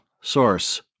source